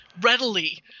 readily